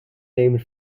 named